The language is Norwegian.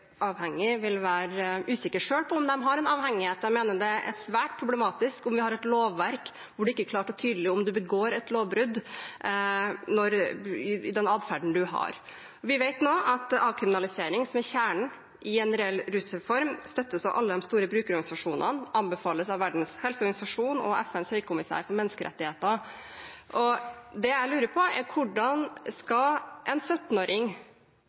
svært problematisk om vi har et lovverk hvor det ikke er klart og tydelig om man begår et lovbrudd med den adferden man har. Vi vet nå at avkriminalisering, som er kjernen i en reell rusreform, støttes av alle de store brukerorganisasjonene og anbefales av Verdens helseorganisasjon og FNs høykommissær for menneskerettigheter. Det jeg lurer på, er hvordan en 17-åring som kanskje har tatt en